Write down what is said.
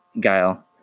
Guile